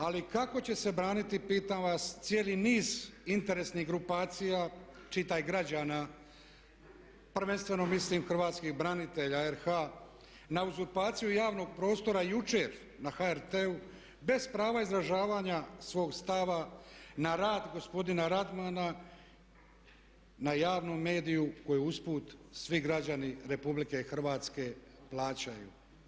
Ali kako će se braniti pitam vas cijeli niz interesnih grupacija, čitaj građana, prvenstveno mislim hrvatskih branitelja RH, na uzurpaciju javnog prostora jučer na HRT-u bez prava izražavanja svog stava na rad gospodina Radmana na javnom mediju koji usput svi građani Republike Hrvatske plaćaju.